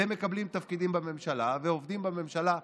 והם מקבלים תפקידים בממשלה ועובדים בממשלה.